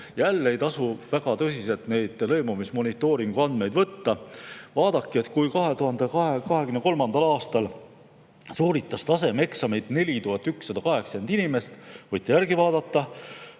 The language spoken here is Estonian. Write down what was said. Jälle ei tasu väga tõsiselt neid lõimumismonitooringu andmeid võtta. Vaadake, 2023. aastal sooritas tasemeeksami 4180 inimest – võite järgi vaadata.